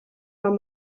man